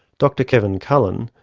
dr kevin cullen,